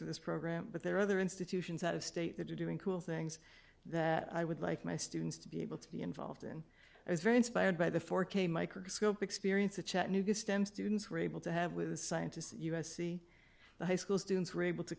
for this program but there are other institutions out of state that are doing cool things that i would like my students to be able to be involved in i was very inspired by the four k microscope experience the chattanooga stem students were able to have with the scientists u s c the high school students were able to